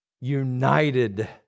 United